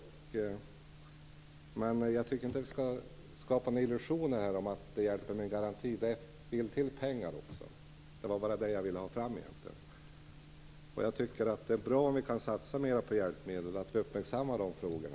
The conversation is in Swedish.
Men jag tycker inte att vi skall skapa någon illusion av att bara en garanti hjälper - det vill till pengar också. Det var det jag ville ha fram. Det är bra om vi kan satsa mer på hjälpmedel och uppmärksamma de frågorna.